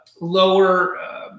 lower